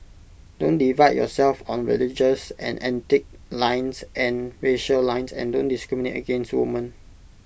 don't divide yourself on religious and ethnic lines and racial lines and don't discriminate against women